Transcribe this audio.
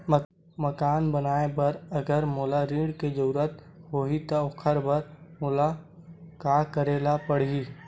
मकान बनाये बर अगर मोला ऋण के जरूरत होही त ओखर बर मोला का करे ल पड़हि?